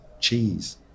cheese